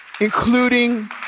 including